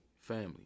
family